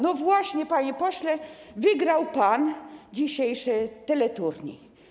No właśnie, panie pośle, wygrał pan dzisiejszy teleturniej.